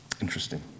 Interesting